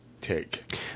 take